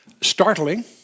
startling